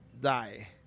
die